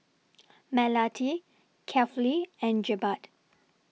Melati Kefli and Jebat